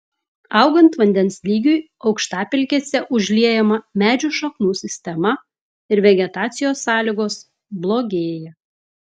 augant vandens lygiui aukštapelkėse užliejama medžių šaknų sistema ir vegetacijos sąlygos blogėja